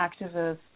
activists